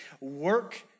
work